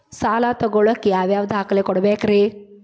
ಸಾಲ ತೊಗೋಳಾಕ್ ಯಾವ ಯಾವ ದಾಖಲೆ ಕೊಡಬೇಕ್ರಿ?